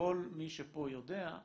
שכל מי שפה יודע,